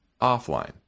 offline